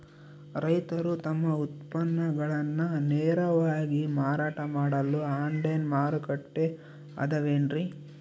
ರೈತರು ತಮ್ಮ ಉತ್ಪನ್ನಗಳನ್ನ ನೇರವಾಗಿ ಮಾರಾಟ ಮಾಡಲು ಆನ್ಲೈನ್ ಮಾರುಕಟ್ಟೆ ಅದವೇನ್ರಿ?